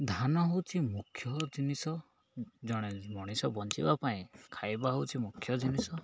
ଧାନ ହେଉଛି ମୁଖ୍ୟ ଜିନିଷ ଜଣେ ମଣିଷ ବଞ୍ଚିବା ପାଇଁ ଖାଇବା ହେଉଛି ମୁଖ୍ୟ ଜିନିଷ